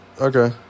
okay